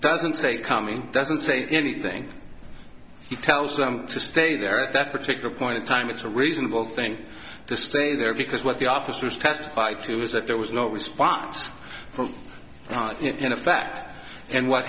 doesn't say coming doesn't say anything he tells them to stay there at that particular point in time it's a reasonable thing to stay there because what the officers testified to was that there was no response for in a fact and what